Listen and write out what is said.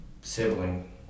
sibling